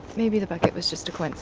maybe the book. it was just a